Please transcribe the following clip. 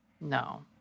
No